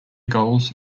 goals